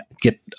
get